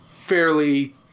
fairly